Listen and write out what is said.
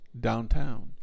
downtown